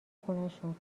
خونشون